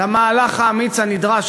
למהלך האמיץ הנדרש,